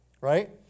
right